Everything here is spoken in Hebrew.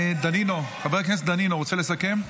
חבר הכנסת דנינו, רוצה לסכם?